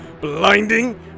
blinding